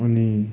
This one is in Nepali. अनि